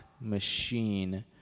machine